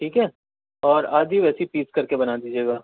ٹھیک ہے اور آدھی ویسی پیس کر کے بنا دیجیے گا